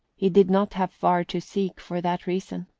he did not have far to seek for that reason.